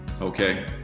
Okay